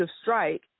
strike